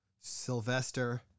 Sylvester